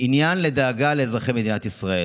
עניין לדאגה לאזרחי מדינת ישראל,